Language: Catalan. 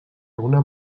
una